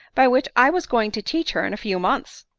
by which i was going to teach her in a few months.